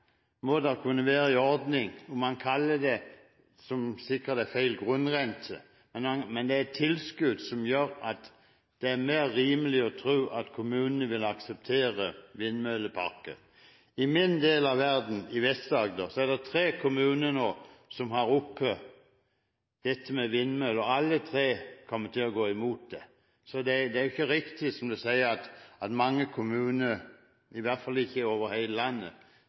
må det være en ordning. Det er sikkert feil å kalle det grunnrente, men det må være et tilskudd som gjør at det er mer rimelig å tro at kommunene vil akseptere vindmølleparker. I min del av verden, i Vest-Agder, er det tre kommuner som har oppe spørsmål om vindmøller. Alle tre kommer til å gå imot det. Det er ikke riktig som statsråden sier, at mange kommuner står og tar imot dette med glede – i hvert fall ikke over heile landet.